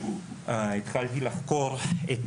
התחלתי לחקור את